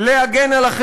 להגן על הסביבה,